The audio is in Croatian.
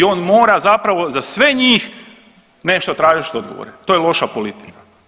I on mora zapravo za sve njih nešto tražiti odgovore, to je loša politika.